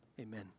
amen